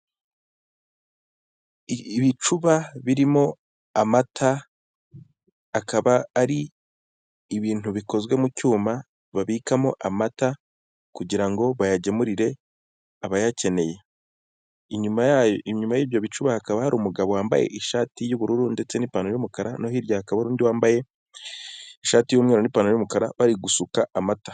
Ibicuba birimo amata, akaba ari ibintu bikozwe mu cyuma babikamo amata kugira ngo bayagemurire abayakeneye, inyuma y'ibyo bicuba hakaba hari umugabo wambaye ishati y'ubururu ndetse n'ipantaro y'umukara no hirya hakaba hari undi wambaye ishati y'umweru n'ipantaro y'umukara bari gusuka amata.